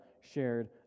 shared